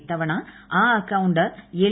ഇത്തവണ ആ അക്കൌണ്ട് ് എൽ